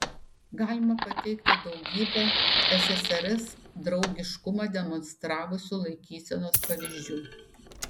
galima pateikti daugybę ssrs draugiškumą demonstravusių laikysenos pavyzdžių